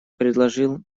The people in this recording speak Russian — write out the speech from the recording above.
предложил